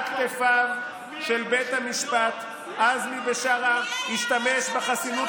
על כתפיו של בית המשפט עזמי בשארה השתמש בחסינות